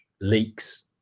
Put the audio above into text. leaks